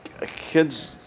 Kids